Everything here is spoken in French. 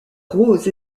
rose